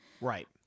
Right